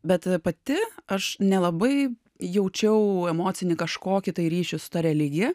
bet pati aš nelabai jaučiau emocinį kažkokį tai ryšį su ta religija